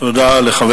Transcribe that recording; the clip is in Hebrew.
תודה לחבר